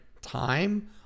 time